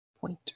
pointer